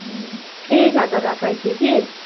ह्म्म ठीक हइ तऽ रखै छी की